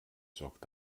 sorgt